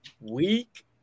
Week